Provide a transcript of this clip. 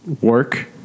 work